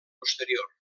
posterior